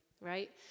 right